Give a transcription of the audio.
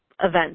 events